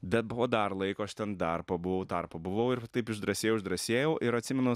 bet buvo dar laiko aš ten dar pabuvau dar pabuvau ir taip išdrąsėjau išdrąsėjau ir atsimenu